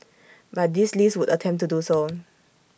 but this list would attempt to do so